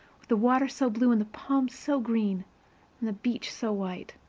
with the water so blue and the palms so green and the beach so white?